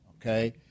Okay